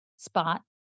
Spot